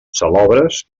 salobres